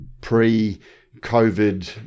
pre-COVID